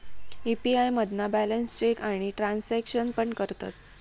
UPI मधना balance check आणि transaction पण करतत